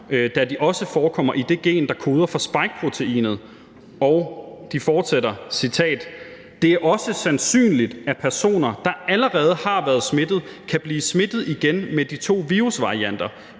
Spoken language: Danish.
da de også forekommer i det gen, der koder for spikeproteinet.« Og de fortsætter: »Det er også sandsynligt, at personer, der allerede har været smittet, kan blive smittet igen med de to virusvarianter.